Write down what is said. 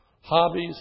hobbies